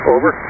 Over